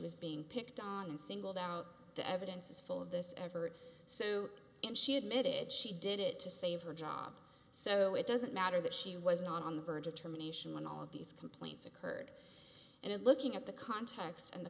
was being picked on and singled out the evidence is full of this effort so and she admitted she did it to save her job so it doesn't matter that she was not on the verge of terminations when all of these complaints occurred and in looking at the context and the